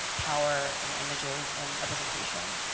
power in images and representation?